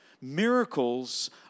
Miracles